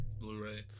Blu-ray